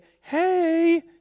hey